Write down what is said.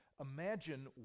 Imagine